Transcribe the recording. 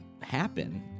happen